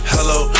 Hello